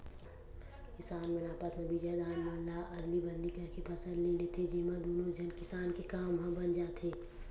किसान मन आपस म बिजहा धान मन ल अदली बदली करके फसल ले लेथे, जेमा दुनो झन किसान के काम ह बन जाथे